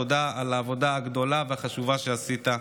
תודה על העבודה הגדולה והחשובה שעשית.